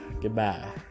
goodbye